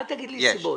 אל תגיד לי סיבות.